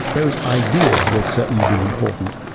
those ideas would certainly be important.